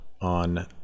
on